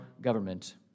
government